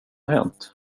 hänt